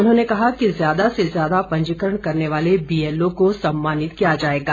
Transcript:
उन्होंने कहा कि ज्यादा से ज्यादा पंजीकरण करने वाले बीएलओ को सम्मानित किया जाएगा